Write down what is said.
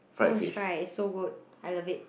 no it's fries it's so good I love it